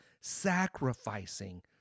sacrificing